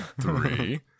three